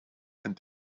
and